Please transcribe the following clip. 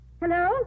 Hello